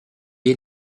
est